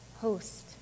host